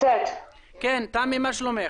מה שלומך?